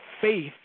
faith